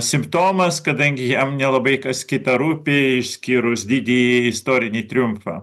simptomas kadangi jam nelabai kas kita rūpi išskyrus didįjį istorinį triumfą